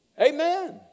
Amen